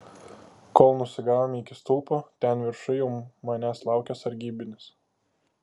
kol nusigavome iki stulpo ten viršuj jau manęs laukė sargybinis